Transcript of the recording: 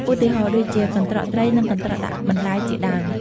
ឧទាហរណ៍ដូចជា កន្ត្រកត្រី និង កន្ត្រកដាក់បន្លែ ជាដើម។